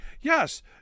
Yes